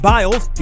Biles